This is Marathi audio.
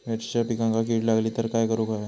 मिरचीच्या पिकांक कीड लागली तर काय करुक होया?